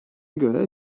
göre